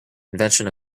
invention